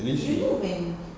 at least you